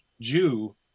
jew